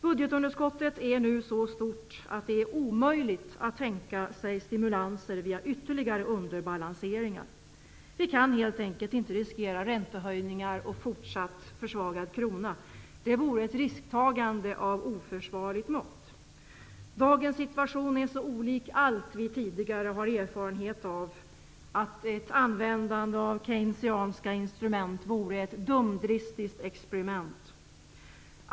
Budgetunderskottet är nu så stort att det är omöjligt att tänka sig stimulanser via ytterligare underbalanseringar. Vi kan helt enkelt inte riskera räntehöjningar och fortsatt försvagad krona. Det vore ett risktagande av oförsvarligt mått. Dagens situation är så olik allt vi tidigare har erfarenhet av att ett användande av keynesianska instrument vore ett dumdristiskt experiment.